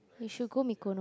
you should Mikono